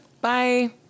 Bye